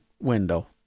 window